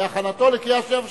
בהכנתו לקריאה שנייה ושלישית,